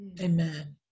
Amen